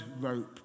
rope